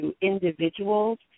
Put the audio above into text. individuals